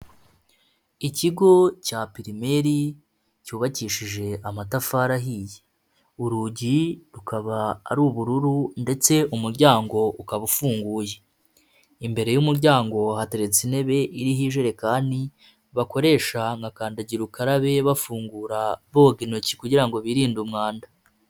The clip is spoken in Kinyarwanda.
Ikigo cya pirimeri cyubakishije amatafari ahiye, urugi rukaba ari ubururu ndetse umuryango ukaba ufunguye, imbere y'umuryango hateretse intebe iriho ijerekani, bakoresha nka kandagira ukarabe, bafungura, boga intoki kugira ngo birinde umwanda.